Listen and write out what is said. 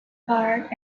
part